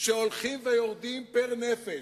שהולכים ויורדים פר-נפש,